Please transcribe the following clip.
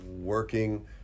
working